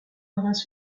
marins